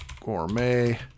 gourmet